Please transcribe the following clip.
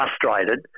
frustrated